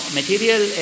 material